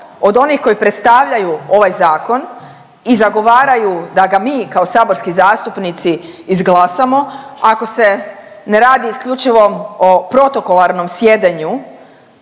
od onih koji predstavljaju ovaj zakon i zagovaraju da ga mi kao saborski zastupnici izglasamo ako se ne radi isključivo o protokolarnom sjedenju